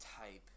type